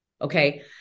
Okay